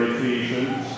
Ephesians